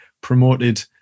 promoted